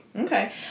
Okay